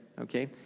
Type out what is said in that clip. okay